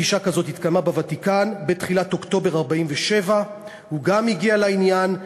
פגישה כזאת התקיימה בוותיקן בתחילת אוקטובר 1947. הוא גם הגיע לעניין.